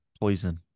poison